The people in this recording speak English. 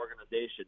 organization